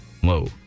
Whoa